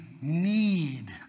need